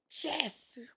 Yes